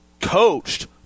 coached